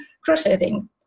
crocheting